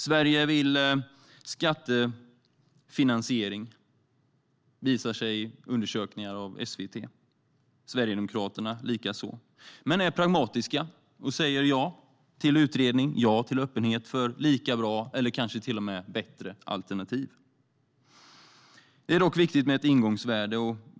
Sverige vill skattefinansiering, visar undersökningar av SVT, och Sverigedemokraterna likaså. Men vi är pragmatiska och säger ja till utredning och ja till öppenhet för lika bra eller kanske till och med bättre alternativ. Det är dock viktigt med ett ingångsvärde.